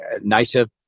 native